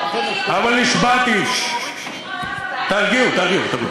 אבל נשבעתי, ששש, תרגיעו, תרגיעו.